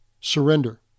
surrender